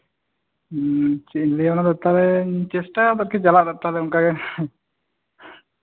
ᱦᱮᱸ ᱪᱮᱫ ᱤᱧ ᱞᱟᱹᱭᱟ ᱛᱟᱦᱚᱞᱮ ᱪᱮᱥᱴᱟᱭᱟᱹᱧ ᱪᱟᱞᱟᱜ ᱛᱟᱦᱚᱞᱮ ᱚᱱᱠᱟ